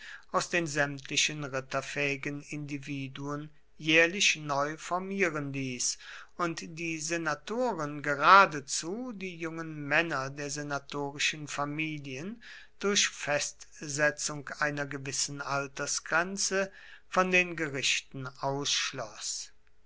aus den sämtlichen ritterfähigen individuen jährlich neu formieren ließ und die senatoren geradezu die jungen männer der senatorischen familien durch festsetzung einer gewissen altersgrenze von den gerichten